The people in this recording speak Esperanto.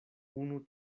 unu